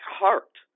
heart